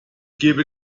gebe